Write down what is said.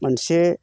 मोनसे